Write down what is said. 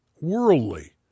worldly